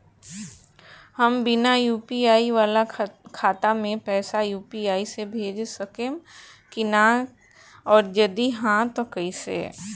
हम बिना यू.पी.आई वाला खाता मे पैसा यू.पी.आई से भेज सकेम की ना और जदि हाँ त कईसे?